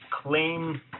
claim